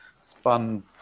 spun